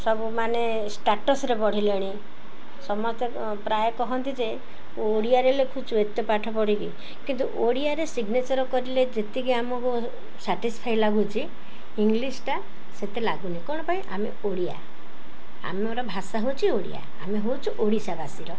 ସବୁ ମାନେ ଷ୍ଟାଟସ୍ରେ ବଢ଼ିଲେଣି ସମସ୍ତେ ପ୍ରାୟ କହନ୍ତି ଯେ ଓଡ଼ିଆରେ ଲେଖୁଛୁ ଏତେ ପାଠ ପଢ଼ିକି କିନ୍ତୁ ଓଡ଼ିଆରେ ସିଗ୍ନେଚର୍ କରିଲେ ଯେତିକି ଆମକୁ ସାଟିସ୍ଫାଇ ଲାଗୁଛି ଇଂଲିଶ୍ଟା ସେତେ ଲାଗୁନି କ'ଣ ପାଇଁ ଆମେ ଓଡ଼ିଆ ଆମର ଭାଷା ହେଉଛି ଓଡ଼ିଆ ଆମେ ହେଉଛୁ ଓଡ଼ିଶାବାସୀର